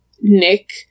Nick